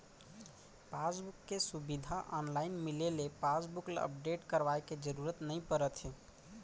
passbook के सुबिधा online मिले ले पासबुक ल अपडेट करवाए के जरूरत नइ परत हे